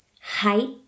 height